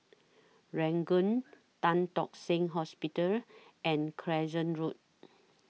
Ranggung Tan Tock Seng Hospital and Crescent Road